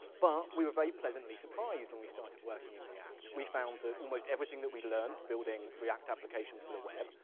but, we were very pleasantly surprised when we started working in react. we found that almost everything that we'd learned building react applications for the web,